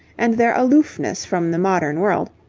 and their aloofness from the modern world,